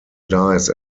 dice